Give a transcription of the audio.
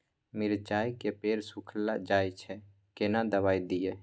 मिर्चाय के पेड़ सुखल जाय छै केना दवाई दियै?